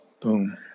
boom